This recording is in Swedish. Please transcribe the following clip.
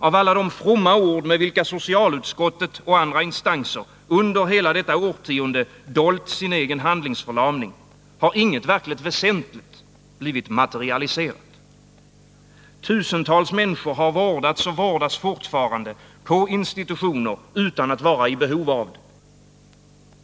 Av alla de fromma ord, med vilka socialutskottet och andra instanser under hela detta årtionde dolt sin egen handlingsförlamning, har inget verkligt väsentligt blivit materialiserat. Tusentals människor har vårdats och vårdas fortfarande på institutioner utan att vara i behov av det.